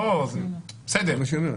בסדר.